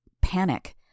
Panic